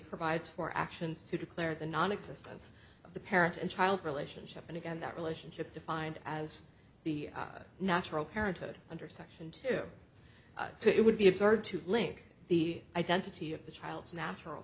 provides for actions to declare the nonexistence of the parent and child relationship and again that relationship defined as the natural parenthood under section two so it would be absurd to link the identity of the child's natural